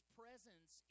presence